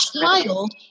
child